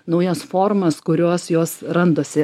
naujas formas kurios jos randasi